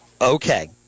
okay